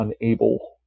unable